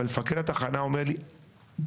אבל מפקד התחנה אומר לי: אוקיי,